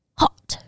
hot